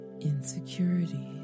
insecurity